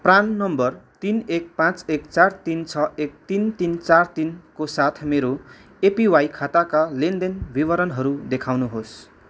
PRAN number तिन एक पाँच एक तिन छ एक तिन तिन चार तिनको साथ मेरो एपिवाई खाताका लेनदेन विवरणहरू देखाउनुहोस्